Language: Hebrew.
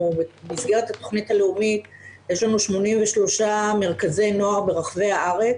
במסגרת התוכנית הלאומית יש לנו 83 מרכזי נוער ברחבי הארץ.